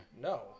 No